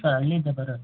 sir ಹಳ್ಳಿಯಿಂದ ಬರೋದು